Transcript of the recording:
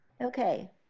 Okay